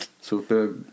Super